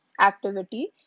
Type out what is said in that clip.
activity